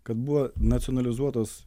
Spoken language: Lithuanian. kad buvo nacionalizuotos